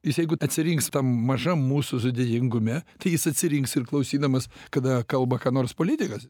jis jeigu atsirinks mažam mūsų sudėtingume tai jis atsirinks ir klausydamas kada kalba ką nors politikas